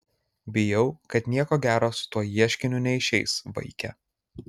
bijau kad nieko gero su tuo ieškiniu neišeis vaike